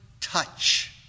touch